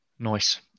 Nice